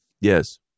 Yes